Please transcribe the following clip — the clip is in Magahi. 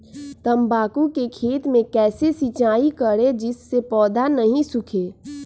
तम्बाकू के खेत मे कैसे सिंचाई करें जिस से पौधा नहीं सूखे?